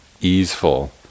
easeful